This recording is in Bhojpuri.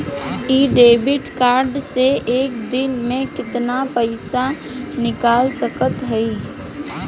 इ डेबिट कार्ड से एक दिन मे कितना पैसा निकाल सकत हई?